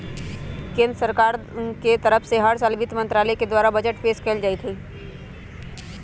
केन्द्र सरकार के तरफ से हर साल वित्त मन्त्रालय के द्वारा बजट पेश कइल जाईत हई